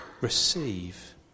receive